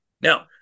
Now